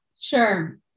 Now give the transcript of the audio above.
Sure